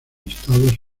estados